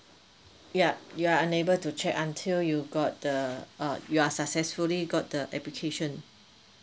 yup you are unable to check until you got the uh you are successfully got the application